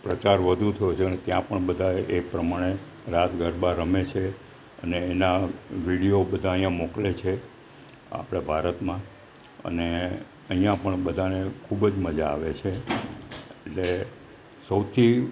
પ્રચાર વધુ થયો છે અને ત્યાં પણ બધાં એ પ્રમાણે રાસ ગરબા રમે છે અને એના વિડીયો બધાં અહીં મોકલે છે આપણા ભારતમાં અને અહીં પણ બધાંને ખૂબ જ મજા આવે છે એટલે સૌથી